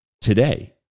Today